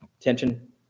Tension